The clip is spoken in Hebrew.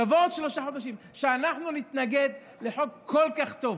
תבואו עוד שלושה חודשים ואנחנו נתנגד לחוק כל כך טוב.